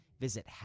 Visit